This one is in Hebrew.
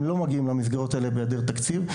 הם לא מגיעים למסגרות האלה בהיעדר תקציב.